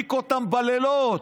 מדביק אותם בלילות.